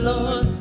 Lord